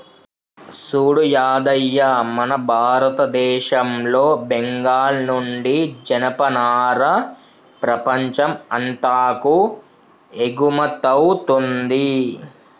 సూడు యాదయ్య మన భారతదేశంలో బెంగాల్ నుండి జనపనార ప్రపంచం అంతాకు ఎగుమతౌతుంది